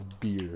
beer